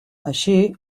així